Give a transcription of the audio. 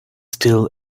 still